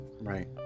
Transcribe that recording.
right